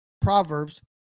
Proverbs